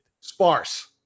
Sparse